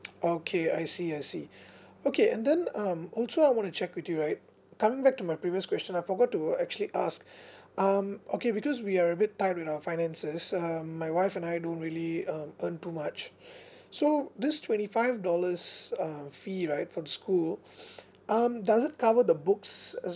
okay I see I see okay and then um also I want to check with you right coming back to my previous question I forgot to actually ask um okay because we are a bit tight with our finances um my wife and I don't really uh earn too much so this twenty five dollars uh fee right for the school um does it cover the books as